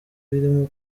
birimo